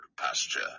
pasture